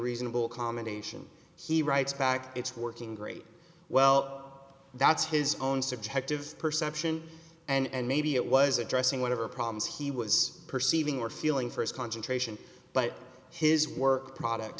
reasonable accommodation he writes back it's working great well that's his own subjective perception and maybe it was addressing whatever problems he was perceiving or feeling for his concentration but his work product